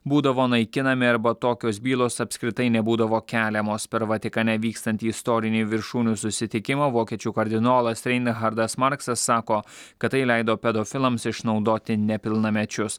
būdavo naikinami arba tokios bylos apskritai nebūdavo keliamos per vatikane vykstantį istorinį viršūnių susitikimą vokiečių kardinolas reinchardas marksas sako kad tai leido pedofilams išnaudoti nepilnamečius